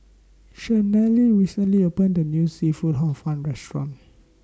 Chanelle recently opened A New Seafood Hor Fun Restaurant